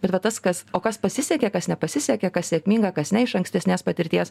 bet va tas kas o kas pasisekė kas nepasisekė kas sėkminga kas ne iš ankstesnės patirties